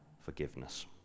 forgiveness